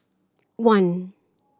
one